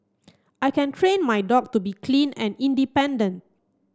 I can train my dog to be clean and independent